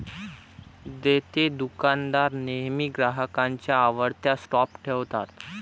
देतेदुकानदार नेहमी ग्राहकांच्या आवडत्या स्टॉप ठेवतात